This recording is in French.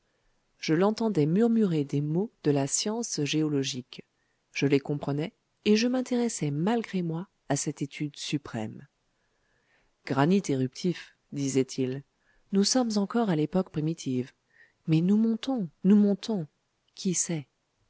je l'entendais murmurer des mots de la science géologique je les comprenais et je m'intéressais malgré moi à cette étude suprême granit éruptif disait-il nous sommes encore à l'époque primitive mais nous montons nous montons qui sait